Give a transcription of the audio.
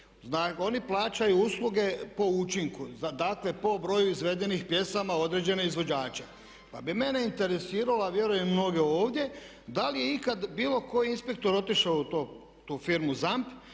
oni plaćaju usluge po učinku, dakle po broju izvedenih pjesama određene izvođače. Pa bi mene interesiralo, a vjerujem i mnoge ovdje da li je ikad bilo koji inspektor otišao u tu firmu ZAMP